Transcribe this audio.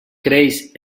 creix